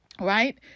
right